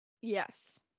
yes